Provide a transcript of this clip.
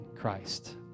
Christ